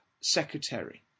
secretary